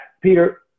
Peter